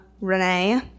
Renee